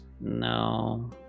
No